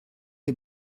les